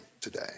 today